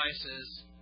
devices